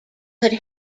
could